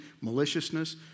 maliciousness